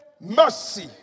mercy